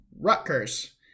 Rutgers